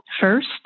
first